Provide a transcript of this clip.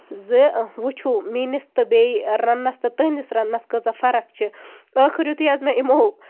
زِ وٕچھو میٲنِس تہٕ بیٚیہِ رَننَس تہٕ تُہُندِس رَننَس کۭژاہ فرق چھِ ٲخٔر یتھُے حظ مےٚ یِمَو